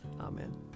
Amen